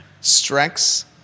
Strengths